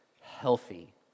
healthy